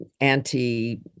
anti